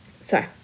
Sorry